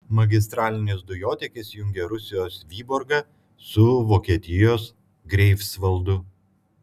magistralinis dujotiekis jungia rusijos vyborgą su vokietijos greifsvaldu